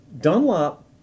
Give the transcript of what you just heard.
Dunlop